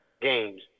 games